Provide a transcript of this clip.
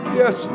yes